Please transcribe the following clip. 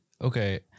okay